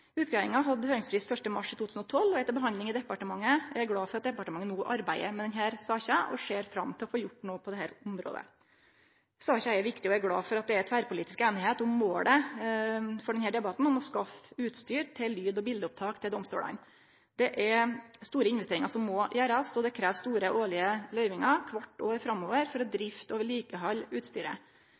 Utgreiinga hadde høyringsfrist 1. mars 2012 og er til behandling i departementet. Eg er glad for at departementet no arbeider med denne saka, og eg ser fram til å få gjort noko på dette området. Denne saka er viktig, og eg er glad for at det er tverrpolitisk einigheit om målet om å skaffe utstyr til lyd- og bileteopptak i domstolane. Det er store investeringar som må gjerast, og det krev store årlege løyvingar kvart år framover for å drifte og vedlikehalde utstyret.